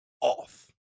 off